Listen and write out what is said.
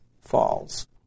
falls